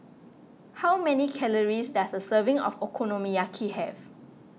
how many calories does a serving of Okonomiyaki have